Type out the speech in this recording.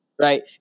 Right